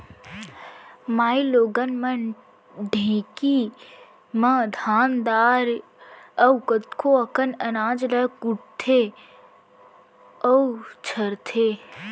माइलोगन मन ढेंकी म धान दार अउ कतको अकन अनाज ल कुटथें अउ छरथें